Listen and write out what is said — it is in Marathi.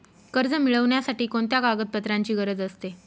कर्ज मिळविण्यासाठी कोणत्या कागदपत्रांची गरज असते?